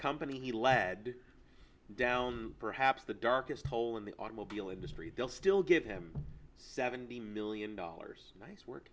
company he led down perhaps the darkest hole in the automobile industry will still get him seventy million dollars nice work